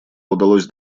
удалось